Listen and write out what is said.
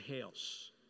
house